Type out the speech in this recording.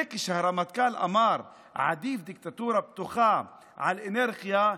זה שהרמטכ"ל אמר שעדיף דיקטטורה פתוחה על אנרכיה,